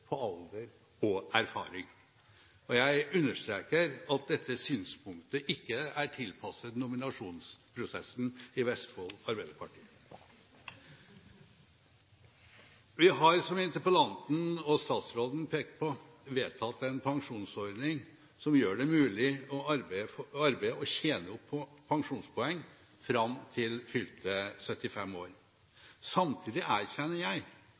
på alder og erfaring. Jeg understreker at dette synspunktet ikke er tilpasset nominasjonsprosessen i Vestfold Arbeiderparti! Vi har, som interpellanten og statsråden pekte på, vedtatt en pensjonsordning som gjør det mulig å arbeide og tjene opp pensjonspoeng fram til fylte 75 år. Samtidig erkjenner jeg